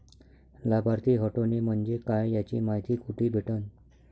लाभार्थी हटोने म्हंजे काय याची मायती कुठी भेटन?